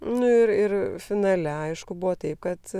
nu ir ir finale aišku buvo taip kad